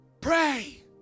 Pray